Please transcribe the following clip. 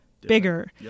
bigger